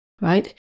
Right